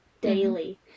daily